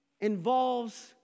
involves